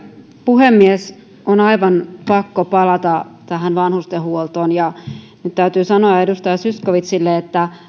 puhemies on aivan pakko palata tähän vanhustenhuoltoon ja nyt täytyy sanoa edustaja zyskowiczille että